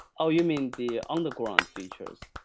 oh, you mean the underground features.